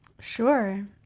Sure